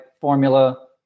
formula